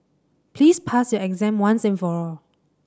please pass your exam once and for all